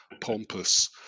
pompous